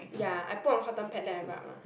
ya I put on cotton pad then I rub mah